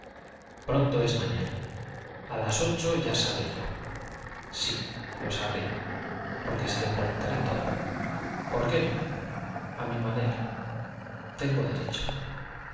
pronto es mañana a las ocho ya sabré yo sí lo sabré porque se lo preguntaré todo por qué no a mi manera tengo derecho